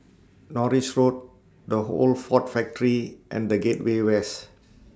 Norris Road The Old Ford Factory and The Gateway West